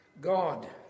God